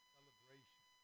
Celebration